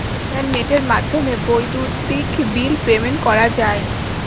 ইন্টারনেটের মাধ্যমে বৈদ্যুতিক বিল পেমেন্ট করা যায়